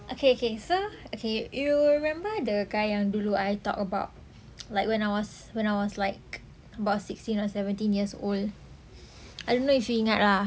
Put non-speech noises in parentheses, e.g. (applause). okay K K so okay you remember the guy on yang dulu I talk about (noise) like when I was when I was like about sixteen or seventeen years old I don't know if he ingat lah